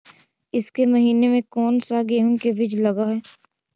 ईसके महीने मे कोन सा गेहूं के बीज लगे है?